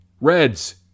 Reds